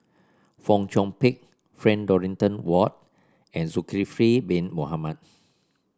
Fong Chong Pik Frank Dorrington Ward and Zulkifli Bin Mohamed